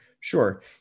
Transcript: Sure